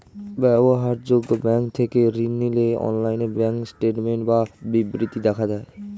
ব্যবহার্য ব্যাঙ্ক থেকে ঋণ নিলে অনলাইনে ব্যাঙ্ক স্টেটমেন্ট বা বিবৃতি দেখা যায়